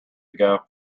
ago